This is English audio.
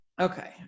Okay